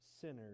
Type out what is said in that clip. sinners